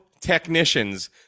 technicians